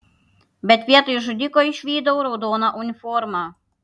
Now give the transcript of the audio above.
bet vietoj žudiko išvydau raudoną uniformą